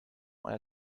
when